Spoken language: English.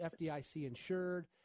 FDIC-insured